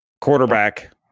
quarterback